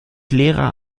lehrer